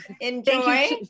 Enjoy